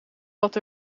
wat